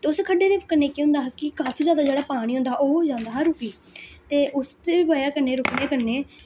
उस खड्डे दे कन्नै केह् होंदा हा कि काफी जैदा जेह्का पानी होंदा हा ओह् जंदा हा रुकी ते उस दी बजह कन्नै रुकने दी बजह कन्नै